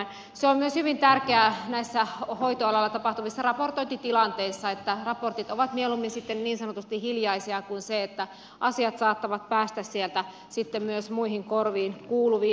se on myös hyvin tärkeää näissä hoitoalalla tapahtuvissa raportointitilanteissa että raportit ovat mieluummin sitten niin sanotusti hiljaisia kuin sellaisia että asiat saattavat päästä sieltä sitten myös muiden korviin kuuluviin